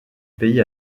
pays